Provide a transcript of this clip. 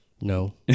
No